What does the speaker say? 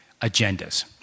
agendas